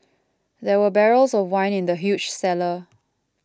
there were barrels of wine in the huge cellar